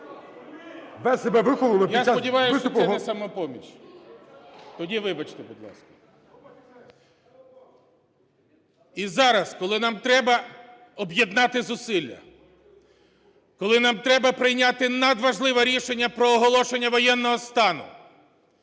Я сподіваюсь, що це не "Самопоміч". Тоді вибачте, будь ласка. І зараз, коли нам треба об'єднати зусилля, коли нам треба прийняти надважливе рішення про оголошення воєнного стану,